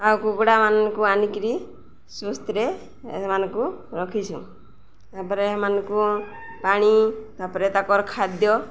ଆଉ କୁକୁଡ଼ାମାନଙ୍କୁ ଆଣିକିରି ସୁସ୍ଥିରେ ସେମାନଙ୍କୁ ରଖିଛୁ ତାପରେ ସେମାନଙ୍କୁ ପାଣି ତାପରେ ତାଙ୍କର ଖାଦ୍ୟ